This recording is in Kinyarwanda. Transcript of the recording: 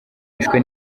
bishwe